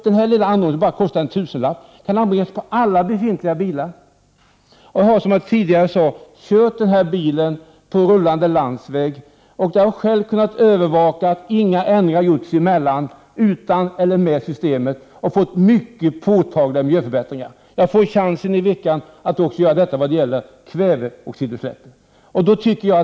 Denna lilla anordning, som bara kostar en tusenlapp, kan anbringas på alla befintliga bilar. Jag har, som jag tidigare sade, kört den här bilen på landsväg. Jag har själv kunnat övervaka att inga ändringar gjorts mellan körningar utan och körningar med systemet och har noterat mycket påtagliga miljöförbättringar. Jag får chansen i veckan att göra samma sak vad gäller kväveoxidutsläppen.